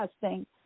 testing